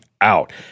out